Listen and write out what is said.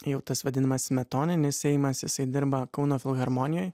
jau tas vadinamas smetoninis seimas jisai dirba kauno filharmonijoj